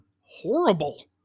horrible